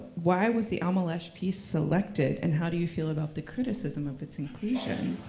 why was the alma lesch piece selected, and how do you feel about the criticism of its inclusion?